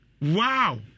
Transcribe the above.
Wow